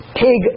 pig